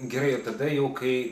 gerai o tada jau kai